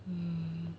hmm